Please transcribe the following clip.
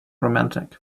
romantic